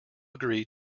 agree